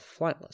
flightless